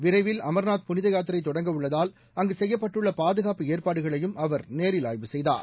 விரைவில் அமர்நாத் புனிதபாத்திரைதொடங்கவுள்ளதால் அங்குசெய்யப்பட்டுள்ளபாதுகாப்பு ஏற்பாடுகளையும் அவர் நேரில் ஆய்வு செய்தார்